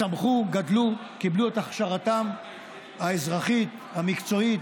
צמחו, גדלו, קיבלו את הכשרתם האזרחית, המקצועית,